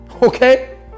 Okay